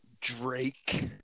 Drake